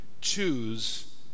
choose